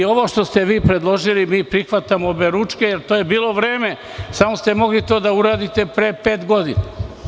Ovo što ste vi predložili mi prihvatamo oberučke, jer to je bilo vreme, samo ste mogli to da uradite pre pet godina.